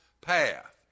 path